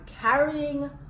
carrying